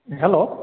hello